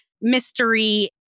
mystery